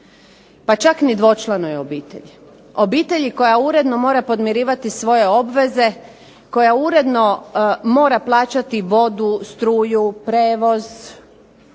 Pa čak ni dvočlanoj obitelji, obitelji koja uredno mora podmirivati svoje obveze, koja uredno mora plaćati vodu, struju, prijevoz,